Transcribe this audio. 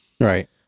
Right